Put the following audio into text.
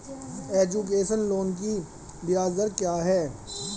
Education loan की ब्याज दर क्या है?